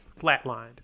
flatlined